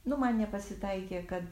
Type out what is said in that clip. nu man nepasitaikė kad